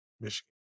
Michigan